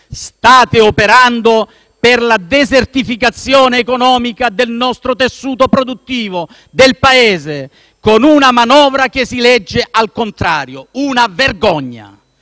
State operando per la desertificazione economica del tessuto produttivo del nostro Paese, con una manovra che si legge al contrario: una vergogna.